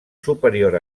superior